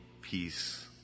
peace